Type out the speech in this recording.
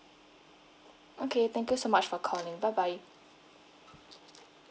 okay thank you so much for calling bye bye